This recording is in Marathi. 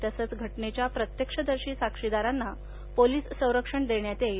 तसच घटनेच्या प्रत्यक्षदर्शी साक्षीदारांना पोलीस संरक्षण देण्यात येईल